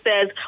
says